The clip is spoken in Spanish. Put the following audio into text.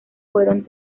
fueran